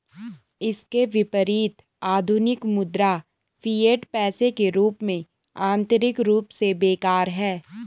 इसके विपरीत, आधुनिक मुद्रा, फिएट पैसे के रूप में, आंतरिक रूप से बेकार है